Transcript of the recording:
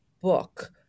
book